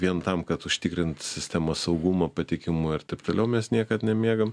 vien tam kad užtikrint sistemos saugumą patikimumą ir taip toliau mes niekad nemiegam